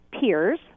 peers